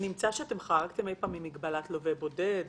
נמצא שחרגתם אי פעם ממגבלת לווה בודד,